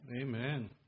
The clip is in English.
Amen